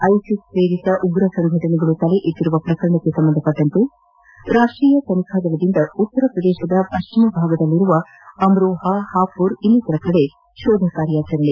ISIS ಪ್ರೇರಿತ ಉಗ್ರ ಸಂಘಟನೆಗಳು ತಲೆ ಎತ್ತಿರುವ ಪ್ರಕರಣಕ್ಕೆ ಸಂಬಂಧಿಸಿದಂತೆ ು ರಾಷ್ಟೀಯ ತನಿಖಾ ದಳದಿಂದ ಉತ್ತರ ಪ್ರದೇಶದ ಪಶ್ಚಿಮ ಭಾಗದ ಅಮ್ರೋಹ ಹಪೂರ್ ಇನ್ನಿತರೆಡೆ ಶೋಧ ಕಾರ್ಯಾಚರಣೆ